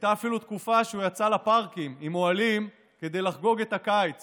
הייתה אפילו תקופה שהוא יצא לפארקים עם אוהלים כדי לחגוג את הקיץ